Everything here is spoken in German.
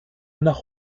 nach